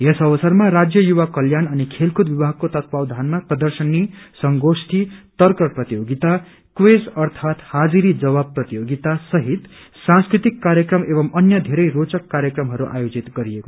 यस अवसरमा राज्य युवा कल्याण अनि खेलकूद विभागको तत्वावधानमा प्रदर्शनी संगोष्ठी तर्क प्रतियोगिता हाजिरी जवाब प्रतियोगिता सहित सांस्कृतिक कार्यक्रम एवं अन्य धेरै रोचक कार्यक्रमहरू आयोजित गरियो